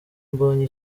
mbonye